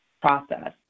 process